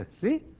see